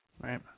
Right